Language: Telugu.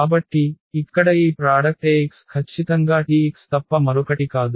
కాబట్టి ఇక్కడ ఈ ప్రాడక్ట్ Ax ఖచ్చితంగా Tx తప్ప మరొకటి కాదు